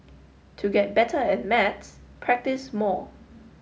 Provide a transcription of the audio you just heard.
to get better at maths practise more